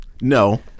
No